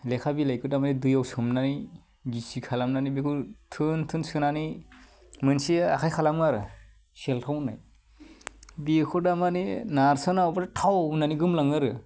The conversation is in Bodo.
लेखा बिलाइखौ था माने दैआव सोमनानै गिसि खालामनानै बेखौ थोन थोन सोनानै मोनसे आखाइ खालामो आरो सेलथाव होन्नाय बेखौ दा माने नारसोनानै हरबाथाइ थाव होन्नानै गोमलाङो आरो